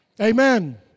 Amen